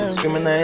Screaming